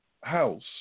house